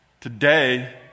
Today